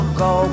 go